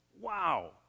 Wow